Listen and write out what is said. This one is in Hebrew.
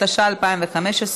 התשע"ה 2015,